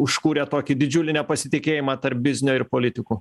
užkūrė tokį didžiulį nepasitikėjimą tarp biznio ir politikų